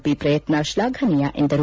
P ಪ್ರಯತ್ನ ಶ್ಲಾಘನೀಯ ಎಂದರು